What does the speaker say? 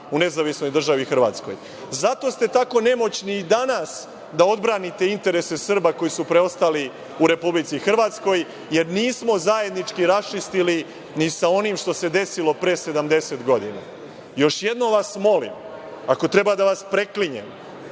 u Nezavisnoj državi Hrvatskoj? Zato ste tako nemoćni i danas da odbranite interese Srba koji su preostali u Republici Hrvatskoj, jer nismo zajednički raščistili ni sa onim što se desilo pre 70 godina. Još jednom vas molim, ako treba da vas preklinjem